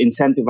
incentivize